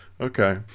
Okay